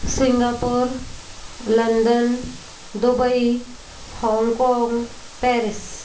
Singapore London Dubai Hong Kong Paris